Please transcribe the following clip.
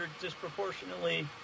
disproportionately